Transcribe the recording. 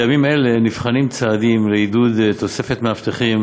בימים אלה נבחנים צעדים לעידוד תוספת מאבטחים